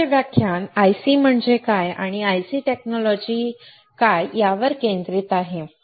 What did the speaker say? आजचे व्याख्यान आयसी म्हणजे काय आणि आयसी तंत्रज्ञान काय यावर केंद्रित आहे